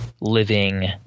living